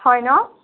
হয় ন